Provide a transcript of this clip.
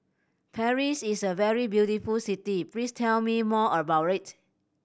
Paris is a very beautiful city please tell me more about it